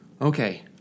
Okay